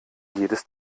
jedes